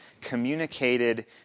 communicated